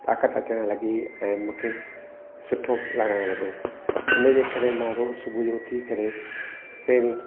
ताक़त अचणु लॻी ऐं मूंखे सुठो लॻणु लॻो इन जे करे मां रोज़ु सुबुह जो उथी करे पहिरीं